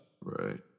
Right